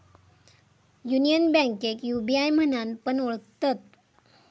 union बैंकेक UBI म्हणान पण ओळखतत